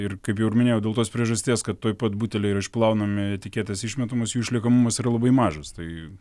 ir kaip jau ir minėjau dėl tos priežasties kad tuoj pat buteliai yra išplaunami etiketės išmetamos jų išliekamumas yra labai mažas tai